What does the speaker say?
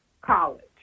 college